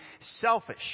selfish